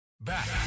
Back